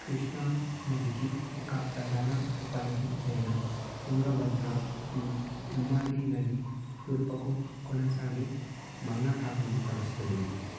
కృష్ణానదికి ఒక ప్రధాన ఉపనది అయిన తుంగభద్ర ఈ ఉమ్మడి నది తూర్పుకు కొనసాగి బంగాళాఖాతంలో కలుస్తుంది